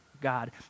God